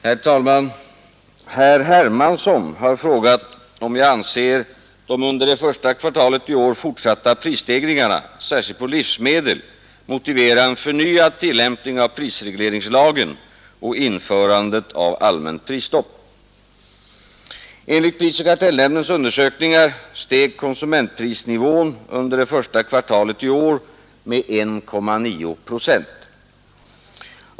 Herr talman! Herr Hermansson har frågat om jag anser de under det första kvartalet i år fortsatta prisstegringarna, särskilt på livsmedel, motivera en förnyad tillämpning av prisregleringslagen och införandet av allmänt prisstopp. Enligt prisoch kartellnämndens undersökningar steg konsumentprisnivån under det första kvartalet i år med 1,9 procent.